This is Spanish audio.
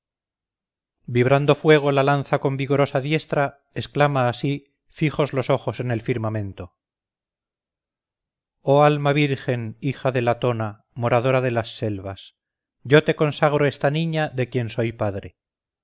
vibrando fuego la lanza con vigorosa diestra exclama así fijos los ojos en el firmamento oh alma virgen hija de latona moradora de las selvas yo te consagro esta niña de quien soy padre